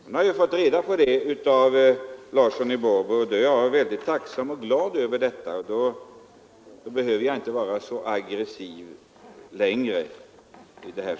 Nu har jag fått reda på detta av herr Larsson i Borrby och då är jag mycket tacksam och glad över detta. Då behöver jag inte vara så aggressiv längre.